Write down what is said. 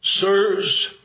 Sirs